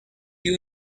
you